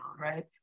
right